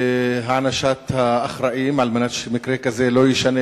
בהענשת האחראים על מנת שמקרה כזה לא יישנה,